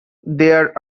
there